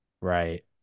Right